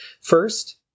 First